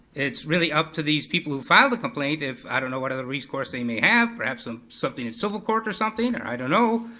it's really up to these people who filed a complaint if i don't know what other recourse they may have, perhaps um something in civil court or something, i don't know.